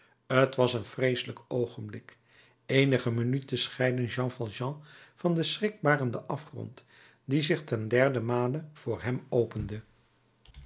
t was een vreeselijk oogenblik eenige minuten scheidden jean valjean van den schrikbarenden afgrond die zich ten derden male voor hem opende